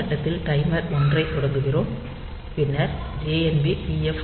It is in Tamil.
இந்த கட்டத்தில் டைமர் 1 ஐத் தொடங்குகிறோம் பின்னர் jnb TF1